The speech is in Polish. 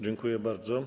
Dziękuję bardzo.